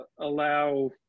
allow